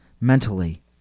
mentally